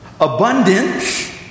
abundance